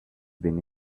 been